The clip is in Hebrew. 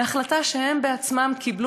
מהחלטה שהם עצמם קיבלו,